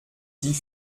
die